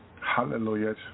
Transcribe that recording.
Hallelujah